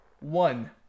one